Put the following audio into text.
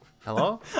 Hello